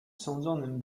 sądzonym